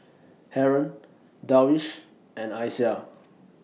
Haron Darwish and Aisyah